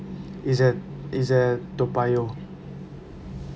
is at is at toa payoh